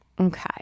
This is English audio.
Okay